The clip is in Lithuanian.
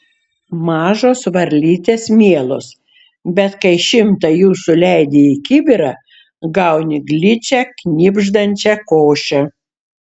mažos varlytės mielos bet kai šimtą jų suleidi į kibirą gauni gličią knibždančią košę